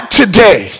today